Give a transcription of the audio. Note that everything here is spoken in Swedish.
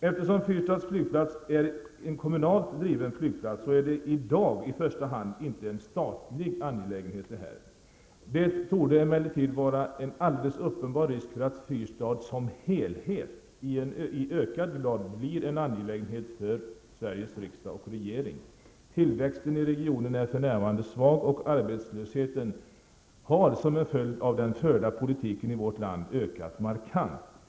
Eftersom Fyrstads flygplats är en kommunalt driven flygplats så är den i dag i första hand inte en statlig angelägenhet. Det torde emellertid vara en alldeles uppenbar risk för att Fyrstad som helhet i ökad grad blir en angelägenhet för Sveriges riksdag och regering. Tillväxten i regionen är för närvarande svag och arbetslösheten har, som en följd av den förda politiken i vårt land ökat markant.